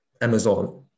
Amazon